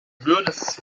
würdest